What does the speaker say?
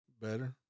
better